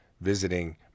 visiting